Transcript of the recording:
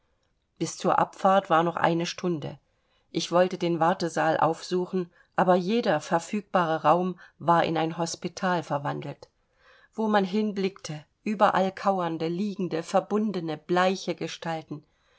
bis zur abfahrt war noch eine stunde ich wollte den wartesaal aufsuchen aber jeder verfügbare raum war in ein hospital verwandelt wo man hinblickte überall kauernde liegende verbundene bleiche gestalten